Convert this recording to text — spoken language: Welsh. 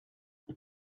oes